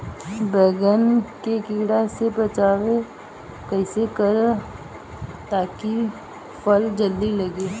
बैंगन के कीड़ा से बचाव कैसे करे ता की फल जल्दी लगे?